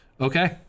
okay